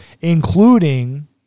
including